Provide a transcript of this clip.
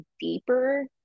deeper